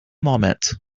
moment